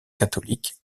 catholiques